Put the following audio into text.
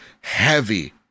heavy